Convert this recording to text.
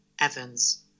evans